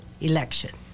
election